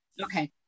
Okay